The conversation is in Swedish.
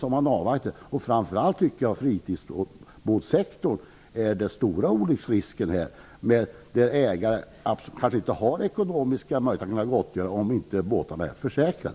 Framför allt är det, tycker jag, inom fritidsbåtssektorn som den stora olycksrisken finns. Ägaren har kanske inte ekonomiska möjligheter till gottgörelse om båten inte är försäkrad.